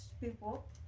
people